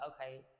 okay